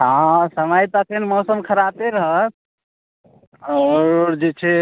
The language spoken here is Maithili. हॅं समय साथे मौसम खरापे रहत आओर जे छै